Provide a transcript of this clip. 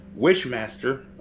Wishmaster